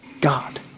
God